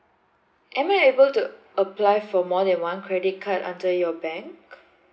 am I able to apply for more than one credit card under your bank